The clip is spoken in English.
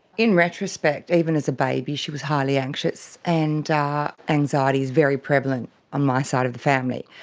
in retrospect even as a baby she was highly anxious, and anxiety is very prevalent on my side of the family.